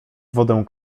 wodę